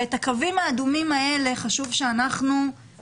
ואת הקווים האדומים האלה חשוב שנבהיר.